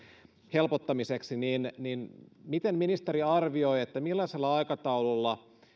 helpottamiseksi niin niin miten ministeri arvioi millaisella aikataululla